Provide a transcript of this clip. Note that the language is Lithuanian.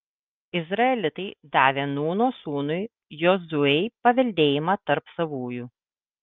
izraelitai davė nūno sūnui jozuei paveldėjimą tarp savųjų